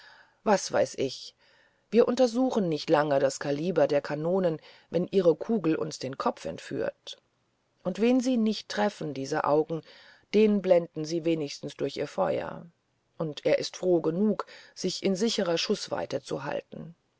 was weiß ich wir untersuchen nicht lange das kaliber der kanone wenn ihre kugel uns den kopf entführt und wen sie nicht treffen diese augen den blenden sie wenigstens durch ihr feuer und er ist froh genug sich in sicherer schußweite zu halten